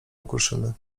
okruszyny